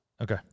Okay